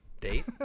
date